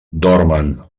dormen